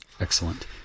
Excellent